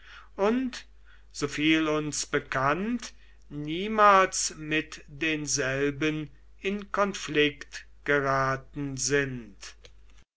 und soviel uns bekannt niemals mit denselben in konflikt geraten sind